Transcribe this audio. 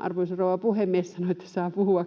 Arvoisa rouva puhemies sanoi, että saa puhua